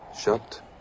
Shut